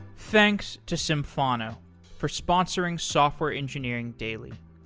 thanks to symphono for sponsoring software engineering daily.